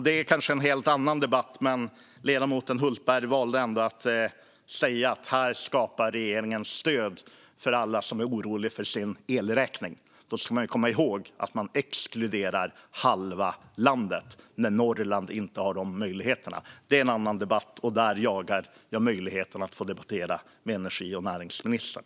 Det är kanske en helt annan debatt, men ledamoten Hultberg valde ändå att säga att här skapar regeringen stöd för alla som är oroliga för sin elräkning. Då ska vi komma ihåg att man exkluderar halva landet eftersom Norrland inte har de möjligheterna. Det är en annan debatt, och där jagar jag möjligheten att debattera med energi och näringsministern.